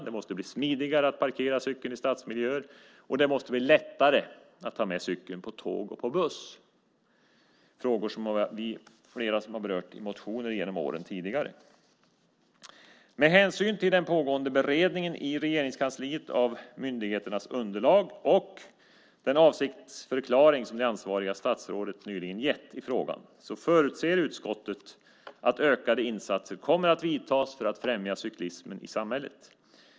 Det måste bli smidigare att parkera cykeln i stadsmiljöer, och det måste bli lättare att ta med cykeln på tåg och på buss. Det är frågor som flera har berört i motioner genom åren tidigare. Med hänsyn till den pågående beredningen i Regeringskansliet av myndigheternas underlag och den avsiktsförklaring som det ansvariga statsrådet nyligen gett i frågan förutser utskottet att ökade insatser kommer att vidtas för att främja cyklismen i samhället.